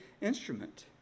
instrument